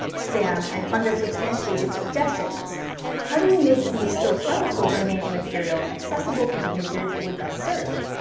spam, and undersubstantiated suggestions how do we make the still plentiful remaining material accessible to the users it would best serve?